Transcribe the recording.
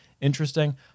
interesting